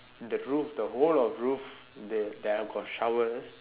the roof the whole of roof the~ they have got showers